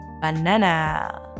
banana